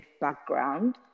background